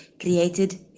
created